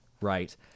right